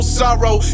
sorrow